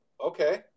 okay